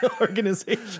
organization